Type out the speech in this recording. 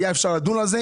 היה אפשר לדון על זה.